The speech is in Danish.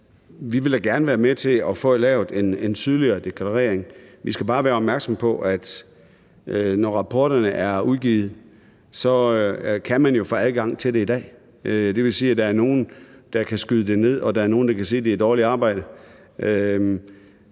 Vi vil da gerne være med til at få lavet en tydeligere deklarering. Vi skal bare være opmærksomme på, at når rapporterne er udgivet, kan man jo i dag få adgang til dem. Det vil sige, at der er nogle, der kan skyde det ned, og der er nogle, der kan sige, at det er dårligt arbejde.